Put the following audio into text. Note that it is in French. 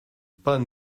pas